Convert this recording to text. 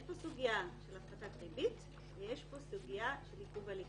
יש פה סוגיה של הפחתת ריבית ויש פה סוגיה של עיכוב הליכים.